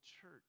church